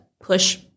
push